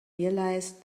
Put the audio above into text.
realized